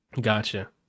Gotcha